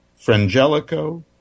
Frangelico